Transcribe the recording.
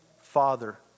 Father